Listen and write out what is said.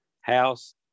house